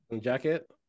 jacket